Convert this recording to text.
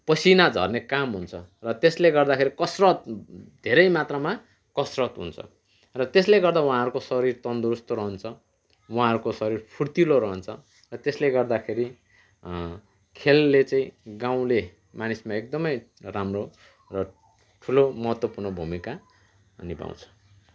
पसिना झर्ने काम हुन्छ र त्यसले गर्दाखेरि कसरत धेरै मात्रामा कसरत हुन्छ र त्यसले गर्दा उहाँहरूको शरीर तन्दुरुस्त रहन्छ उहाँहरूको शरीर फुर्तिलो रहन्छ त्यसले गर्दाखेरि खेलले चाहिँ गाउँले मानिसमा एकदमै राम्रो र ठुलो महत्त्वपूर्ण भूमिका निभाउँछ